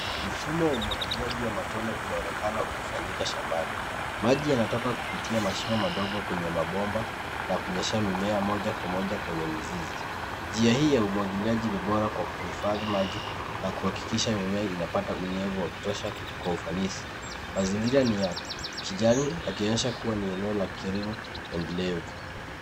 Mfumo wa umwagiliaji wa matone unaonekana ukifanyika shambani. Maji yanatoka kupitia mashimo madogo kwenye mabomba na kunyeshea mimea moja kwa moja kwenye mizizi. Njia hii ya umwagiliaji ni bora kwa kuhifadhi maji na kuhakikisha mimea inapata unyevu wa kutosha kuwa ufanisi. Mazingira ni ya kijani yakionyesha kuwa ni eneo la kilimo endelevu.